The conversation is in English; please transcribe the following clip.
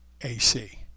AC